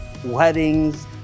Weddings